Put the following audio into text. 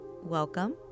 welcome